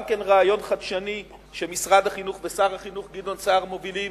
גם רעיון חדשני שמשרד החינוך ושר החינוך גדעון סער מובילים